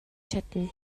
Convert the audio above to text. чадна